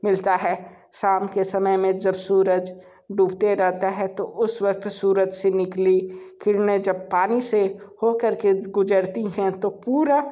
मिलता है शाम के समय में जब सूरज डूबता रहता है तो उस वक़्त सूरज से निकली किरनें जब पानी से हो कर के गुज़रती हैं तो पूरा